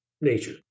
nature